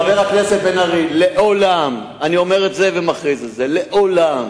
חבר הכנסת בן-ארי, אני מכריז ואומר שלעולם